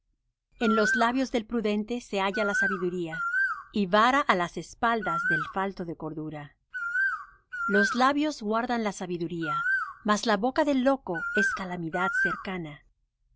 en los labios del prudente se halla sabiduría y vara á las espaldas del falto de cordura los sabios guardan la sabiduría mas la boca del loco es calamidad cercana